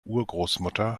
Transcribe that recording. urgroßmutter